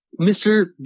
mr